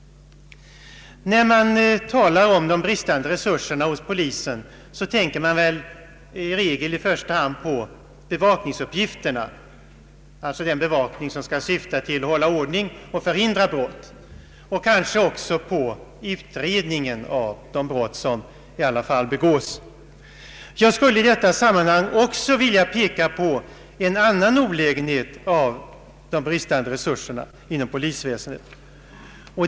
När man talar om de bristande resurserna hos polisen, tänker man väl i regel i första hand på bevakningsuppgifterna — alltså den bevakning som syftar till att hålla ordning och att hindra brott — och kanske också på utredningen av de brott som i alla fall begås. Jag skulle i detta sammanhang vilja framhålla en annan olägenhet av de bristande resurserna inom polisväsendet.